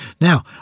Now